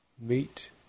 meet